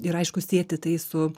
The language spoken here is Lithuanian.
ir aišku sieti tai su